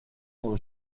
موقع